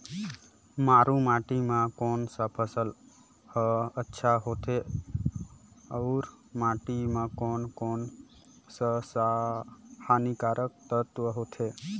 मारू माटी मां कोन सा फसल ह अच्छा होथे अउर माटी म कोन कोन स हानिकारक तत्व होथे?